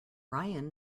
ryan